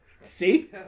See